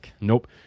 Nope